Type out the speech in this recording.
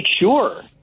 sure